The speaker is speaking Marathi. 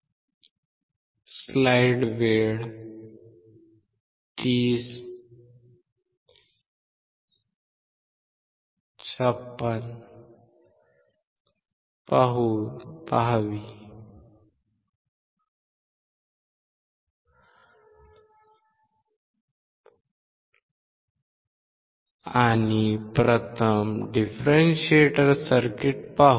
आणि प्रथम डिफरेंशिएटर सर्किट पाहू